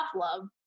love